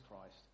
Christ